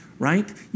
right